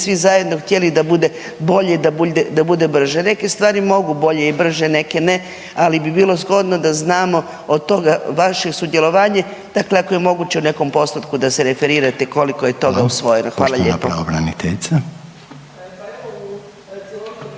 svi zajedno htjeli da bude bolje, da bude brže. Neke stvari mogu bolje i brže, neke ne, ali bi bilo zgodno da znamo od toga vaše sudjelovanje dakle ako je moguće u nekom postupku da se referirate koliko je toga usvojeno. Hvala lijepo.